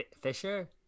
Fisher